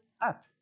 up